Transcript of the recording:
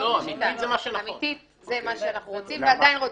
זה מה שאנחנו רוצים ועדיין רוצים.